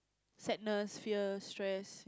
sadness fear stress